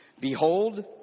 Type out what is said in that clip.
Behold